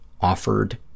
offered